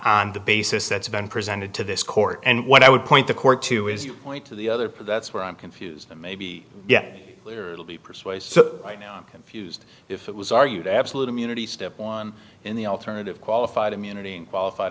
on the basis that's been presented to this court and what i would point the court to is you point to the other that's where i'm confused it may be yet to be persuasive right now i'm confused if it was argued absolute immunity step one in the alternative qualified immunity qualified